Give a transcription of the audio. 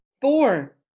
Four